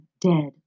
dead